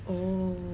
oh